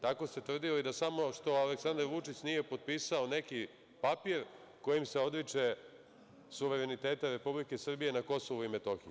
Tako ste tvrdili da Aleksandar Vučić samo što nije potpisao neki papir kojim se odriče suvereniteta Republike Srbije na Kosovu i Metohiji.